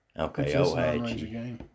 Okay